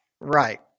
Right